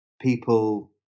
people